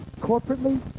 corporately